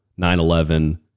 9-11